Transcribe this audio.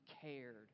cared